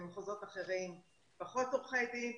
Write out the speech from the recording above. במחוזות אחרים פחות עורכי דין,